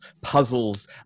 Puzzles